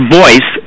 voice